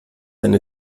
eine